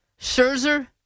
Scherzer